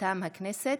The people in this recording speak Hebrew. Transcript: מטעם הכנסת: